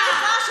עכשיו.